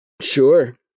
Sure